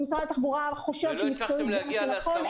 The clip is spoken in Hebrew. אם משרד התחבורה חושב שמקצועית זה מה שנכון,